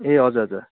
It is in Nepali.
ए हजुर हजुर